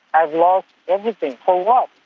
i've lost everything. for what?